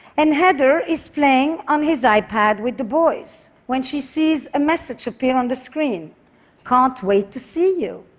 and heather is playing on his ipad with the boys, when she sees a message appear on the screen can't wait to see you.